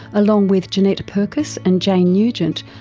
along with jeanette purkis and jane nugent,